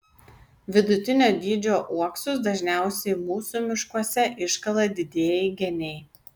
vidutinio dydžio uoksus dažniausiai mūsų miškuose iškala didieji geniai